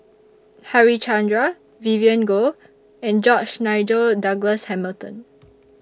Harichandra Vivien Goh and George Nigel Douglas Hamilton